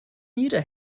jeder